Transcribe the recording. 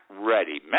ready